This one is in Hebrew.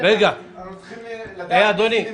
אנחנו צריכים לדעת את הנימוקים.